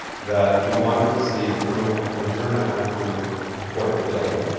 that he wanted to see a criminal an international criminal court built,